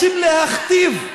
רוצים להכתיב,